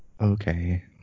Okay